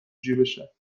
جیبشه